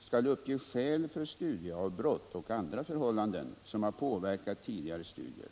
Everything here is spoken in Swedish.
skall uppge skäl för studieavbrott och andra förhållanden som har påverkat tidigare studier.